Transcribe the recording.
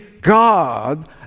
God